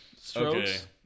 Strokes